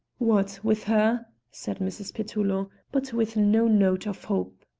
what, with her? said mrs. petullo, but with no note of hope.